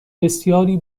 بسیاری